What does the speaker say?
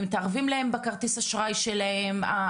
מתערבים להם בכרטיס אשראי שלהם,